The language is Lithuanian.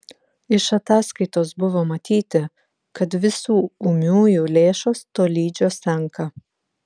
iš ataskaitos buvo matyti kad visų ūmiųjų lėšos tolydžio senka